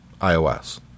iOS